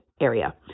area